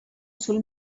sul